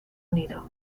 unido